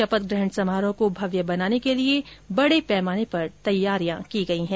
शपथग्रहण समारोह को भव्य बनाने के लिये बडे पैमाने पर तैयारियां की गई है